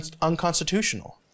unconstitutional